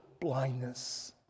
blindness